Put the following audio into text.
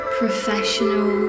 professional